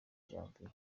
janvier